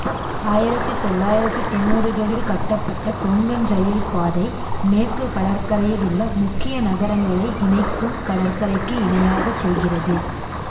ஆயிரத்தி தொள்ளாயிரத்தி தொண்ணூறுகளில் கட்டப்பட்ட கொங்கன் ரயில் பாதை மேற்கு கடற்கரையில் உள்ள முக்கிய நகரங்களை இணைக்கும் கடற்கரைக்கு இணையாக செல்கிறது